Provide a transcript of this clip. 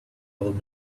old